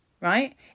right